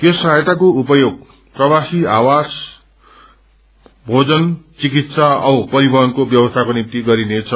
यस सहायताको उपयोग प्रवासीहरूको आवास भोजन चिकित्सा औ परिवहनस्रे व्यवस्थाको निम्ति गरिनेछ